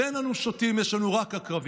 אין לנו שוטים, יש לנו רק עקרבים.